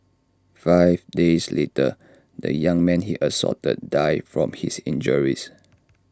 five days later the young man he assaulted died from his injuries